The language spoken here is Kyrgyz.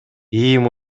иим